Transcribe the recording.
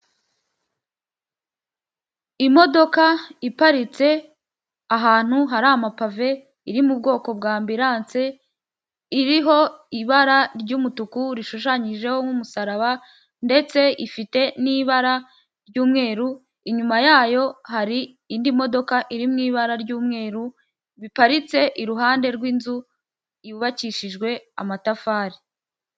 Imodoka iparitse ahantu hari amapave iri mu bwoko bwa ambiranse iriho ibara ry'umutuku rishushanyijeho nk'umusaraba ndetse ifite n'ibara ry'umweru inyuma yayo hari indi modoka iri mu ibara ry'umweru biparitse iruhande rw'inzu yubakishijwe amatafari.